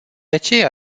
aceea